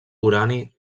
urani